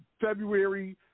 February